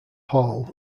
hall